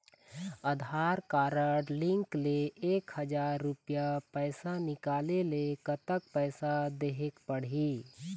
आधार card link ले एक हजार रुपया पैसा निकाले ले कतक पैसा देहेक पड़ही?